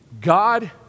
God